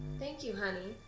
thank you, honey.